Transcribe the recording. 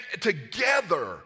together